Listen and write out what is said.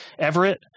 Everett